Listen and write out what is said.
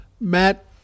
Matt